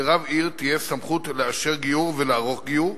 לרב עיר תהיה סמכות לאשר גיור ולערוך גיור,